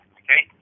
okay